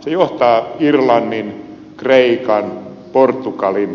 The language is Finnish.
se johtaa irlannin kreikan portugalin espanjan tielle